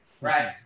Right